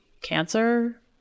cancer